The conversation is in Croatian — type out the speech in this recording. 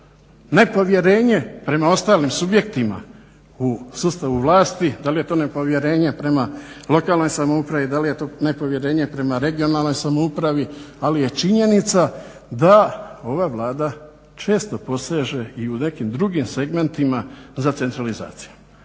nepovjerenje prema ostalim subjektima u sustavu vlasti, da li je to nepovjerenje prema lokalnoj samoupravi, da li je to nepovjerenje prema regionalnoj samoupravi, ali je činjenica da ova Vlada često poseže i u nekim drugim segmentima za centralizacijom.